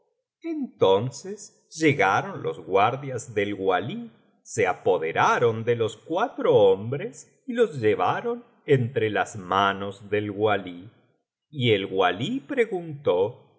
entonces llegaron los guardias del walí se apoderaron de los cuatro hombres y los llevaron entre las manos del walí y el walí preguntó